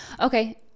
Okay